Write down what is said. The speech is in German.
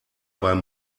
beim